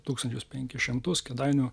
tūkstančius penkis šimtus kėdainių